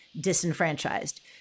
disenfranchised